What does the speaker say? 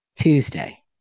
Tuesday